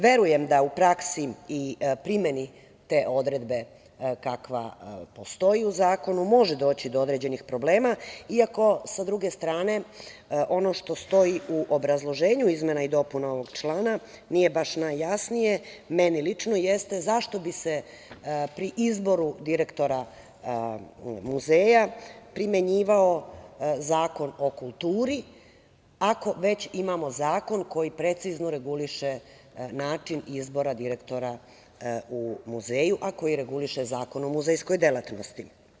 Verujem da u praksi i primeni te odredbe, kakva postoji u zakonu, može doći do određenih problema, iako, sa druge strane, ono što stoji u obrazloženju izmena i dopuna ovog člana, nije baš najjasnije, meni lično jeste – zašto bi se pri izboru direktora muzeja primenjivao Zakon o kulturi, ako već imamo zakon koji precizno reguliše način izbora direktora u muzeju, a koji reguliše Zakon o muzejskoj delatnosti?